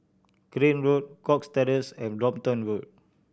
Crane Road Cox Terrace and Brompton Road